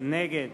נגד